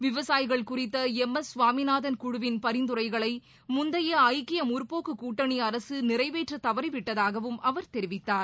விவசாயிகள் குறித்த M S Swaminathan குழுவின் பரிந்துரைகளை முந்தைய ஐக்கிய முற்போக்கு கூட்டணி அரசு நிறைவேற்ற தவறிவிட்டதாகவும் அவர் தெரிவித்தார்